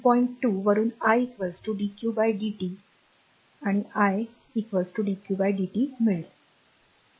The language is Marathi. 2 वापरुन i dq dt i dq dt मिळेल